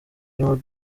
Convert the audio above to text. rond